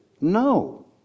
no